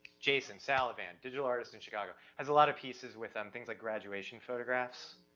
jason salavon, digital artist in chicago, has a lot of pieces with um things like graduation photographs,